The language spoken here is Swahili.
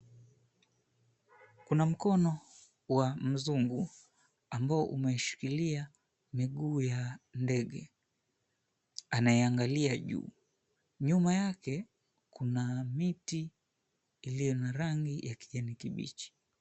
Kuna mkono wa mzungu ambao umeshikilia miguu ya ndege anayeangalia juu. Nyuma yake kuna miti iliyo na rangi ya kijani kibichi.